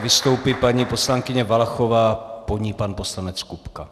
Vystoupí paní poslankyně Valachová, po ní pan poslanec Kupka.